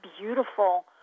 beautiful